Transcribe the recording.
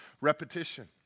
repetition